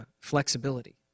flexibility